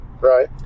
right